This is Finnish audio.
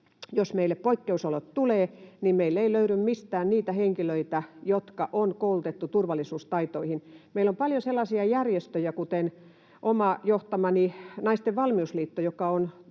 jos meille poikkeusolot tulevat, niin meillä ei löydy mistään niitä henkilöitä, jotka on koulutettu turvallisuustaitoihin. Meillä on paljon sellaisia järjestöjä, kuten johtamani Naisten Valmiusliitto, joka on